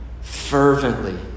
fervently